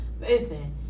listen